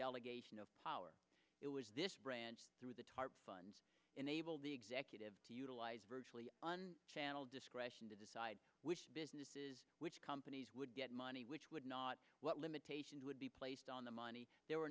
delegation of power it was this branch through the tarp funds enable the executive to utilize virtually on channel discretion to decide which businesses which companies would get money which would not what limitations would be placed on the money there were